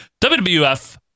WWF